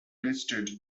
tasted